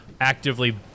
actively